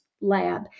lab